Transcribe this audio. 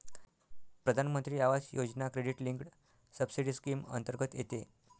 प्रधानमंत्री Awas Yojana credit linked subsidy scheme अंतर्गत येते